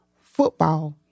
football